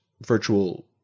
virtual